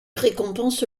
récompense